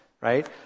right